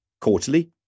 quarterly